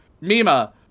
Mima